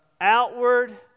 outward